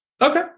okay